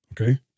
okay